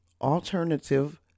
alternative